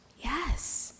Yes